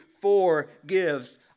forgives